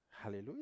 Hallelujah